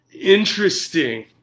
interesting